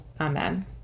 Amen